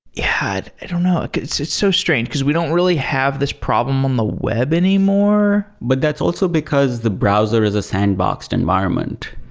i don't know. it's it's so strange, because we don't really have this problem on the web anymore. but that's also because the browser is a sandboxed environment,